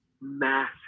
massive